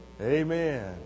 amen